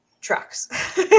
trucks